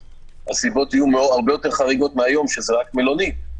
הסיבות יהיו הרבה יותר חריגות מהיום כשזה רק מלונית,